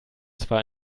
zwar